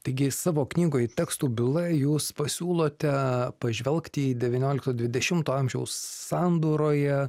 taigi savo knygoj tekstų byla jūs pasiūlote pažvelgt į devyniolikto dvidešimto amžiaus sandūroje